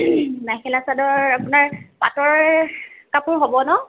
মেখেলা চাদৰ আপোনাৰ পাটৰ কাপোৰ হ'ব ন